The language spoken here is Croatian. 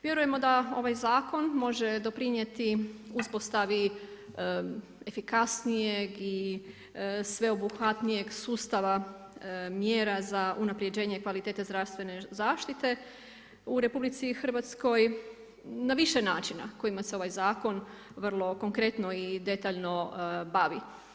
Vjerujemo da ovaj zakon može doprinijeti uspostavi, efikasnijeg i sveobuhvatnijeg sustava mjera za unaprjeđenje kvalitete zdravstvene zaštite u RH, na više načina, kojima se ovaj zakon vrlo konkretno i detaljno bavi.